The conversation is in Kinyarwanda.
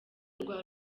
rwa